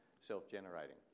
self-generating